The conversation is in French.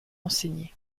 enseignées